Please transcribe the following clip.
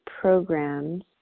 programs